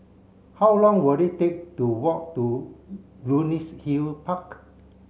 how long will it take to walk to Luxus Hill Park